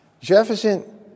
Jefferson